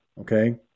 okay